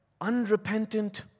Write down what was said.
Unrepentant